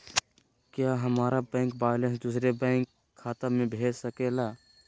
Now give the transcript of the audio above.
क्या हमारा bank balance दूसरे बैंक खाता में भेज सके ला?